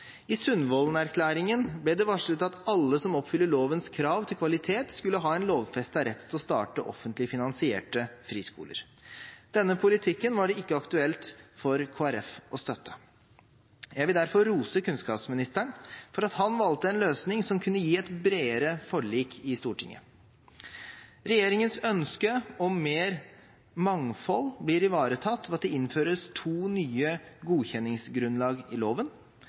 I Sundvolden-erklæringen ble det varslet at alle som oppfyller lovens krav til kvalitet, skal ha en lovfestet rett til å starte offentlig finansierte friskoler. Denne politikken var det ikke aktuelt for Kristelig Folkeparti å støtte. Jeg vil derfor rose kunnskapsministeren for at han valgte en løsning som kunne gi et bredere forlik i Stortinget. Regjeringens ønske om mer mangfold blir ivaretatt ved at det innføres to nye godkjenningsgrunnlag i loven,